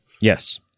Yes